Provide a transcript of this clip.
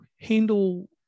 handle